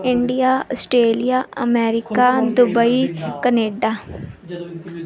India Australia America Dubai Canada